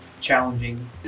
challenging